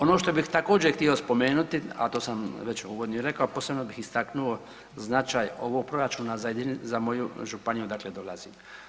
Ono što bih također htio spomenuti, a to sam već uvodno i rekao, posebno bih istaknuo značaj ovog proračuna za moju županiju odakle dolazim.